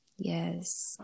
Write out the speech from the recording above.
yes